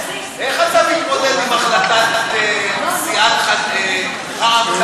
איך אתה מתמודד עם החלטת סיעת רע"ם-תע"ל,